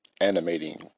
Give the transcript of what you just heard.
animating